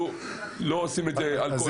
אנחנו לא עושים את זה על כל